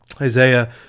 Isaiah